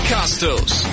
Costos